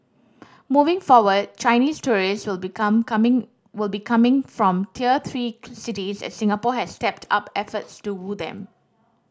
moving forward Chinese tourists will become coming will be coming from tier three cities as Singapore has stepped up efforts to woo them